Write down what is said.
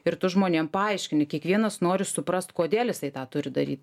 ir tu žmonėm paaiškini kiekvienas nori suprast kodėl jisai tą turi daryt